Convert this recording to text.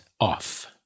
off